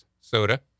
soda